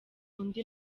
undi